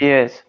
Yes